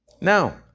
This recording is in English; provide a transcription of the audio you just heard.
Now